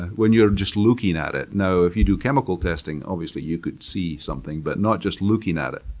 when you're just looking at it. now, if you do chemical testing, obviously, you could see something but not just looking at it.